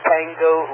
Tango